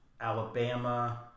Alabama